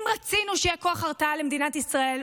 אם רצינו שיהיה כוח הרתעה למדינת ישראל,